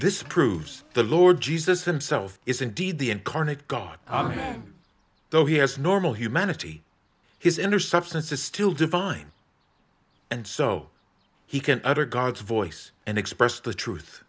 this proves the lord jesus himself is indeed the incarnate god though he has normal humanity his inner substance is still divine and so he can utter god's voice and express the truth